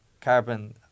carbon